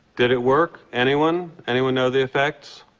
did it work? anyone anyone know the effects?